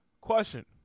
question